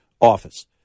office